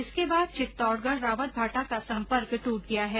इसके बाद चित्तौडगढ़ रावतभाटा का संपर्क द्रट गया है